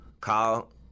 Kyle